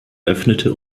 öffnete